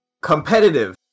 Competitive